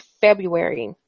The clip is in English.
February